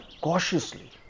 cautiously